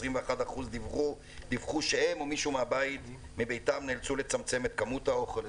21% דיווחו שהם או מישהו מביתם נאלצו לצמצם את כמות האוכל,